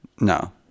No